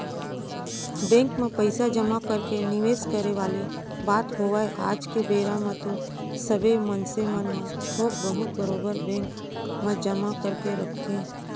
bank म पइसा जमा करके निवेस करे वाले बात होवय आज के बेरा म तो सबे मनसे मन ह थोक बहुत बरोबर बेंक म जमा करके रखथे